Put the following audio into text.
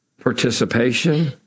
participation